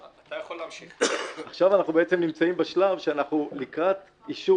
11:14) עכשיו אנחנו נמצאים בשלב שאנחנו לקראת אישור